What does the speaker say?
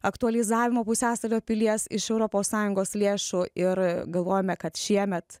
aktualizavimo pusiasalio pilies iš europos sąjungos lėšų ir galvojame kad šiemet